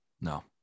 No